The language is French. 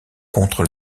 contre